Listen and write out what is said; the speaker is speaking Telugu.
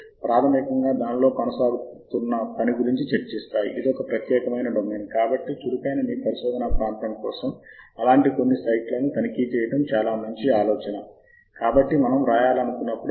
కాబట్టి మీరు అదే బిబ్ ఫైల్ను JabRef సాఫ్ట్వేర్ లో తెరిస్తే అది మీకు ఎక్సెల్ షీట్ లేదా ఓపెన్ ఆఫీస్ స్ప్రెడ్ షీట్ లాగా కాల్క్ స్ప్రెడ్ షీట్ లాగా కనిపిస్తుంది ఇక్కడ ప్రతి గ్రంథ పట్టికలు వరుసలు వరుసలుగా కనిపిస్తాయి మరియు విభిన్న ఫీల్డ్లు నిలువు వరుసలుగా ఉంటాయి